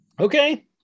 Okay